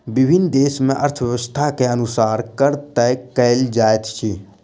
विभिन्न देस मे अर्थव्यवस्था के अनुसार कर तय कयल जाइत अछि